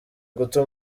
guta